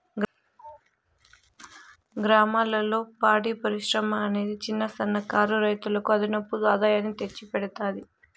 గ్రామాలలో పాడి పరిశ్రమ అనేది చిన్న, సన్న కారు రైతులకు అదనపు ఆదాయాన్ని తెచ్చి పెడతాది